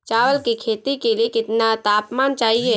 चावल की खेती के लिए कितना तापमान चाहिए?